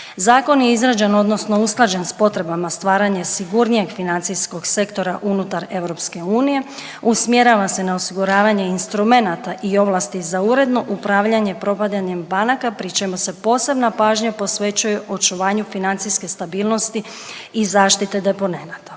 Zakon je izrađen odnosno usklađen s potrebama stvaranja sigurnijeg financijskog sektora unutar EU, usmjerava se na osiguravanje instrumenata i ovlasti za uredno upravljanje propadanjem banaka, pri čemu se posebna pažnja posvećuje očuvanju financijske stabilnosti i zaštite deponenata.